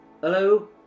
hello